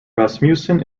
rasmussen